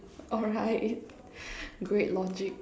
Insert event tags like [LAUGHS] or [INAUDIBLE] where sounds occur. alright [LAUGHS] great logic